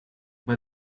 but